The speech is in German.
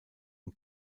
und